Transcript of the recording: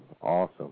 awesome